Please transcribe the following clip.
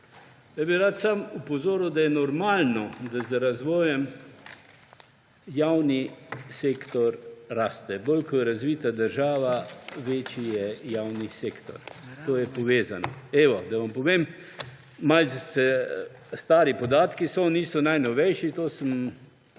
Rad bi samo opozoril, da je normalno, da z razvojem javni sektor raste. Bolj kot je razvita država, večji je javni sektor. To je povezano. Da vam povem – malce stari podatki so, niso najnovejši, sem